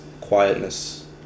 quietness